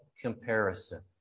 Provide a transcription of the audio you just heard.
comparison